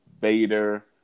Bader